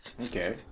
Okay